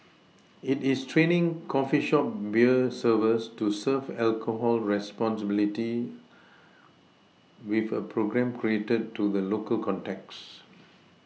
it is training coffee shop beer servers to serve alcohol responsibly with a programme catered to the local context